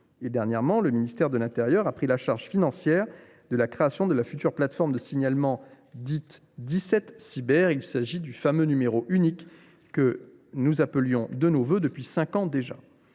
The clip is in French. Dernièrement, le ministère de l’intérieur a pris la charge financière de la création de la future plateforme de signalement, dite 17 cyber. Il s’agit du fameux numéro unique que nous appelions de nos vœux depuis cinq ans déjà.